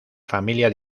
familia